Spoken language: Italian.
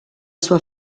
sua